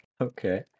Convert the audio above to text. Okay